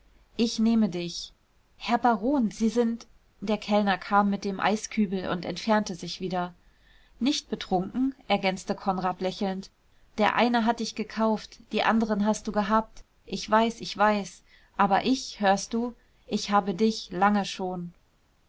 ich nehme dich herr baron sie sind der kellner kam mit dem eiskübel und entfernte sich wieder nicht betrunken ergänzte konrad lächelnd der eine hat dich gekauft die anderen hast du gehabt ich weiß ich weiß aber ich hörst du ich habe dich lange schon